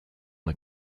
the